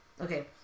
Okay